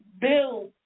build